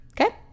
Okay